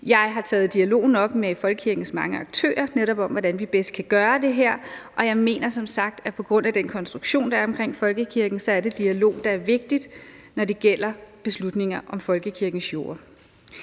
Jeg har netop taget dialogen op med folkekirkens mange aktører om, hvordan vi bedst kan gøre det her, og jeg mener som sagt, at på grundlag af den konstruktion, der er omkring folkekirken, er det dialogen, der er vigtig, når det gælder beslutninger om folkekirkens jorder.